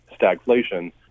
stagflation